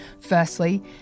Firstly